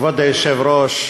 כבוד היושב-ראש,